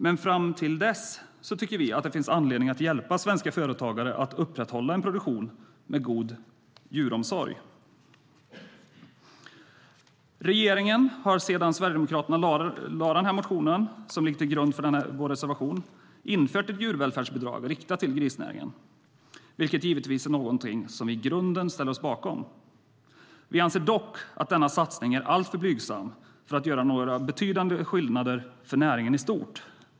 Men fram till dess finns det, tycker vi, anledning att hjälpa svenska företagare med att upprätthålla en produktion med god djuromsorg. Regeringen har sedan vi sverigedemokrater väckte den motion som ligger till grund för vår reservation infört ett djurvälfärdsbidrag riktat till grisnäringen, vilket givetvis är någonting som vi i grunden ställer oss bakom. Vi anser dock att denna satsning är alltför blygsam för att göra några betydande skillnader för näringen i stort.